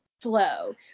flow